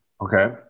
Okay